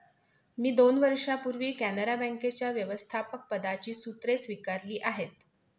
मी दोन वर्षांपूर्वी कॅनरा बँकेच्या व्यवस्थापकपदाची सूत्रे स्वीकारली आहेत